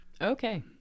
Okay